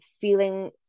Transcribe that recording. feeling